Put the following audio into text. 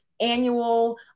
annual